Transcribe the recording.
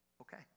okay